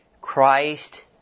Christ